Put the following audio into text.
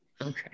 Okay